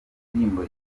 ndirimbo